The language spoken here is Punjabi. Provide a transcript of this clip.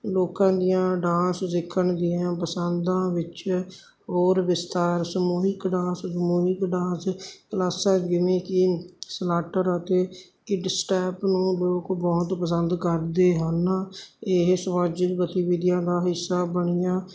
ਲੋਕਾਂ ਦੀਆਂ ਡਾਂਸ ਸਿੱਖਣ ਦੀਆਂ ਪਸੰਦਾਂ ਵਿੱਚ ਹੋਰ ਵਿਸਥਾਰ ਸਮੂਹਿਕ ਡਾਂਸ ਸਮੂਹਿਕ ਡਾਂਸ ਕਲਾਸਾਂ ਜਿਵੇਂ ਕਿ ਸਲਾਟਰ ਅਤੇ ਕਿਡਸਟੈਪ ਨੂੰ ਲੋਕ ਬਹੁਤ ਪਸੰਦ ਕਰਦੇ ਹਨ ਇਹ ਸਮਾਜਿਕ ਗਤੀਵਿਧੀਆਂ ਦਾ ਹਿੱਸਾ ਬਣੀਆਂ